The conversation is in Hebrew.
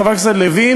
חבר הכנסת לוין,